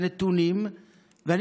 לפני חודש התפרסם דוח חמור של אגף